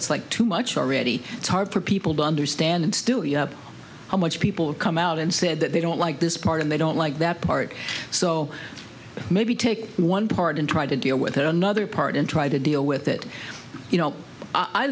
it's like too much already it's hard for people to understand how much people come out and said that they don't like this part and they don't like that part so maybe take one part and try to deal with another part and try to deal with it you know i